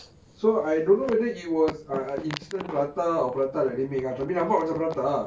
so I don't know whether it was ah an instant prata or prata that they made ah tapi nampak macam prata ah